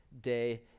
day